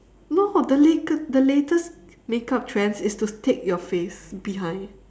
no the latest the latest makeup trends is to tape your face behind